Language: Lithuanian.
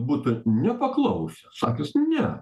būtų nepaklausęs sakęs ne